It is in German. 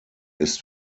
ist